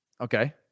Okay